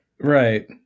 Right